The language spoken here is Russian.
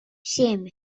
семь